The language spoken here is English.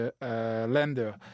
lender